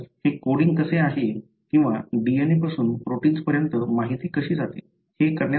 तर हे कोडिंग कसे आहे किंवा DNA पासून प्रोटिन्स पर्यंत माहिती कशी जाते